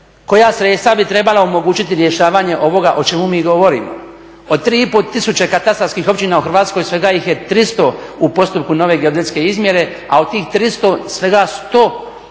koja sredstva bi trebala omogućiti rješavanje ovoga o čemu mi govorimo. O 3,5 tisuće katastarskih općina u Hrvatskoj, svega ih je 300 u postupku nove geodetske izmjere a od tih 300 svega 100